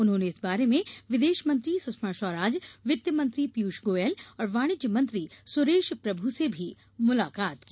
उन्होंने इस बारे में विदेश मंत्री सुषमा स्वराज वित्त मंत्री पीयूष गोयल और वाणिज्य मंत्री सुरेश प्रभु से भी मुलाकात की